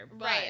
right